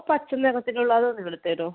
പച്ച നിറത്തിലുള്ള അത് നിങ്ങളെടുത്ത് തരുവോ